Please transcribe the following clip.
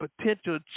potential